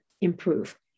improve